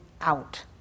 out